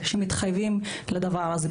שמתחייבים לדבר הזה.